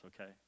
okay